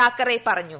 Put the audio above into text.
താക്കറെ പറഞ്ഞു